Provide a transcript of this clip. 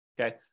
Okay